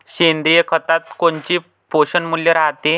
सेंद्रिय खतात कोनचे पोषनमूल्य रायते?